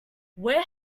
where